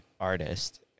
artist